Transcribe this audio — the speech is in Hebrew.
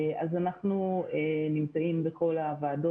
אז אנחנו נמצאים בכל הוועדות.